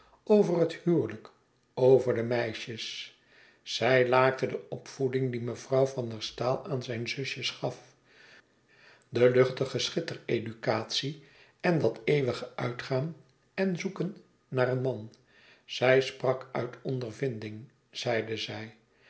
over het huwelijk over de meisjes zij laakte de opvoeding die mevrouw van der staal aan zijn zusjes gaf de luchtige schittereducatie en dat eeuwige uitgaan en zoeken naar een man zij sprak uit ondervinding zeide zij